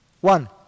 One